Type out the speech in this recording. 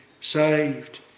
saved